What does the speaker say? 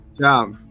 Job